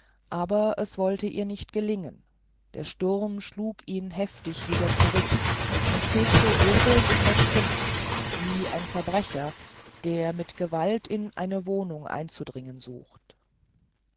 aber es wollte ihr nicht gelingen der sturm schlug ihn heftig wieder zurück und fegte wirbelnd in das zimmer wie ein verbrecher der mit gewalt in eine wohnung einzudringen sucht